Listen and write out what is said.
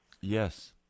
Yes